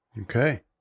Okay